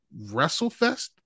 WrestleFest